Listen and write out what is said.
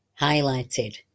highlighted